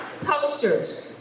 posters